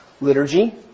liturgy